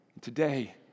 today